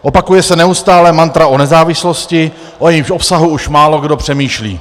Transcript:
Opakuje se neustále mantra o nezávislosti, o jejímž obsahu už málokdo přemýšlí.